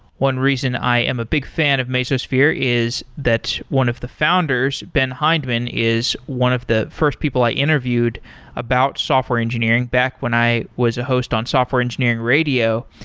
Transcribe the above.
one reason i am a big fan of mesosphere is that one of the founders, ben hindman, is one of the first people i interviewed about software engineering back when i was a host on software engineering radio,